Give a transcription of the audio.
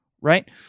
right